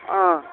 ꯑꯥ